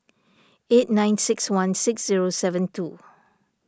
eight nine six one six zero seven two